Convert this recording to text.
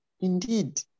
indeed